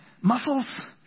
muscles